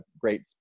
great